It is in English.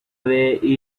way